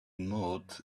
mood